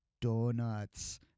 donuts